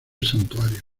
santuario